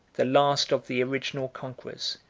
the last of the original conquerors,